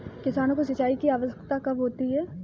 किसानों को सिंचाई की आवश्यकता कब होती है?